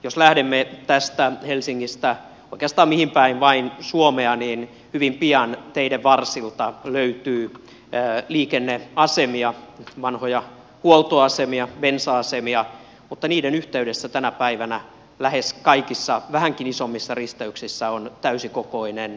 jos lähdemme tästä helsingistä oikeastaan mihin päin vain suomea niin hyvin pian teiden varsilta löytyy liikenneasemia vanhoja huoltoasemia bensa asemia mutta tänä päivänä niiden yhteydessä lähes kaikissa vähänkin isommissa risteyksissä on täysikokoinen ruokakauppa